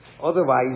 Otherwise